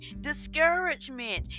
discouragement